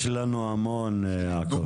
יש לנו המון, יעקב.